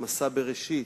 "מסע בראשית",